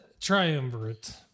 Triumvirate